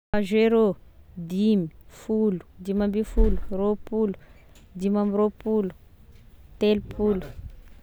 Zero, dimy, folo, dimy ambifolo, roapolo, dimy ambiroapolo, telopolo